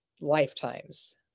lifetimes